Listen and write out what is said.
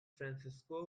francisco